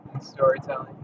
Storytelling